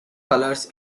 colours